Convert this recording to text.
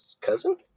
cousin